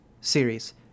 series